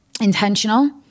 intentional